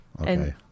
Okay